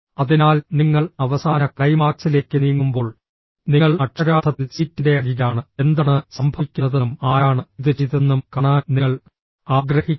അതിനാൽ നിങ്ങൾ അവസാന ക്ലൈമാക്സിലേക്ക് നീങ്ങുമ്പോൾ നിങ്ങൾ അക്ഷരാർത്ഥത്തിൽ സീറ്റിന്റെ അരികിലാണ് എന്താണ് സംഭവിക്കുന്നതെന്നും ആരാണ് ഇത് ചെയ്തതെന്നും കാണാൻ നിങ്ങൾ ആഗ്രഹിക്കുന്നു